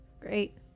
Great